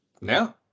now